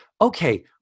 okay